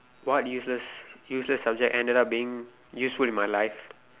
what useless useless subject ended up being useful in my life